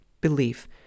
belief